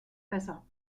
besser